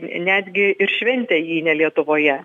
netgi ir šventė ji ne lietuvoje